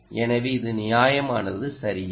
எனவே இது நியாயமானது சரியா